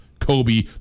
Kobe